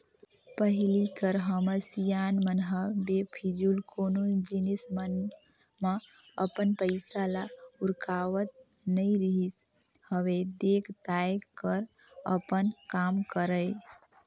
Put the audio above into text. पहिली कर हमर सियान मन ह बेफिजूल कोनो जिनिस मन म अपन पइसा ल उरकावत नइ रिहिस हवय देख ताएक कर अपन काम करय